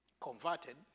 converted